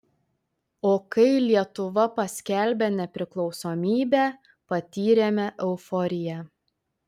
o kai lietuva paskelbė nepriklausomybę patyrėme euforiją